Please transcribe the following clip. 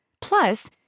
Plus